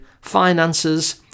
finances